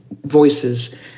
voices